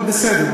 אבל בסדר,